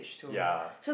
ya